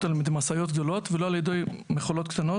על די משאיות גדולות ולא על ידי מכולות קטנות,